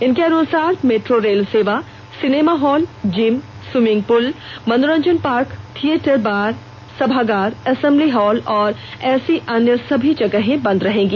इनके अनुसार metro rail सेवा cinema hall gym swimming pool मनोरंजन पार्क थिएटर बार सभागार असेम्बली हॉल और ऐसी अन्य सभी जगहें बंद रहेंगी